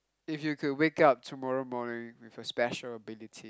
if you could wake up tomorrow morning with a special ability